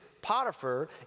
Potiphar